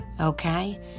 okay